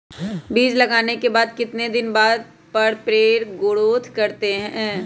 बीज लगाने के बाद कितने दिन बाद पर पेड़ ग्रोथ करते हैं?